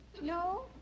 No